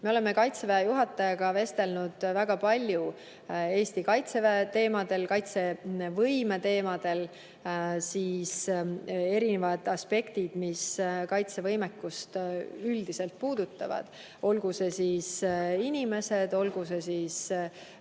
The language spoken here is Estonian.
Me oleme Kaitseväe juhatajaga vestelnud väga palju Eesti Kaitseväe teemadel, kaitsevõime teemadel, ka eri aspektidest, mis kaitsevõimekust üldiselt puudutavad, olgu see inimesed, olgu see võimed